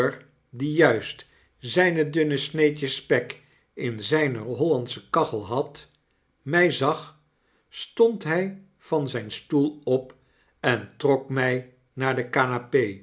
die juist zijne dunne sneedjes spek in zijne hollandsche kachel had my zag stond hy van zyn stoel op en trok mij naar de